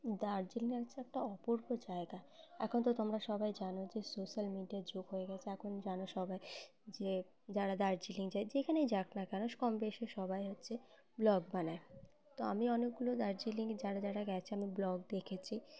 দার্জিলিং হচ্ছে একটা অপূর্ব জায়গা এখন তো তোমরা সবাই জানো যে সোশ্যাল মিডিয়ার যুগ হয়ে গেছে এখন জানো সবাই যে যারা দার্জিলিং যায় যেখানেই যাক না কেন কম বেশি সবাই হচ্ছে ব্লগ বানায় তো আমি অনেকগুলো দার্জিলিং যারা যারা গেছে আমি ব্লগ দেখেছি